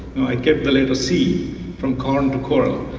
i kept the letter c from corn to coral.